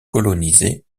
colonisé